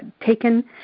taken